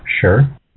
Sure